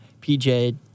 PJ